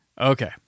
Okay